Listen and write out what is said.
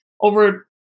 over